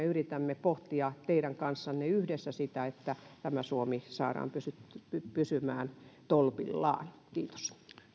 yritämme pohtia teidän kanssanne yhdessä sitä että suomi saadaan pysymään tolpillaan kiitos